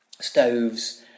stoves